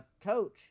coach